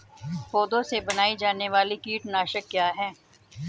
पौधों से बनाई जाने वाली कीटनाशक क्या है?